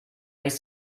ice